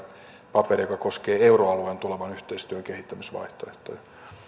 paperi joka koskee euroalueen tulevan yhteistyön kehittämisvaihtoehtoja